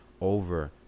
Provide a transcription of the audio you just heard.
over